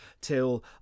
till